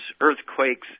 earthquakes